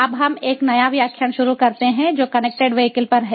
अब हम एक नया व्याख्यान शुरू करते हैं जो कनेक्टेड वीहिकल पर है